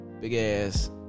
big-ass